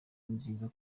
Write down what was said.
nziza